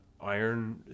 iron